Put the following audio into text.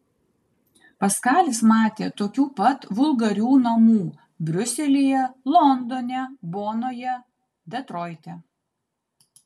paskalis matė tokių pat vulgarių namų briuselyje londone bonoje detroite